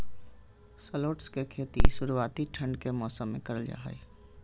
shallots के खेती शुरुआती ठंड के मौसम मे करल जा हय